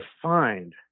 defined